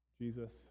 Jesus